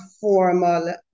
formal